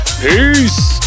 peace